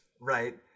right